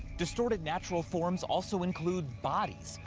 distorted natural forms also include bodies,